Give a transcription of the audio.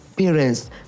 parents